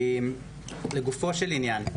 לגופו של עניין,